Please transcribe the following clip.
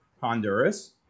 Honduras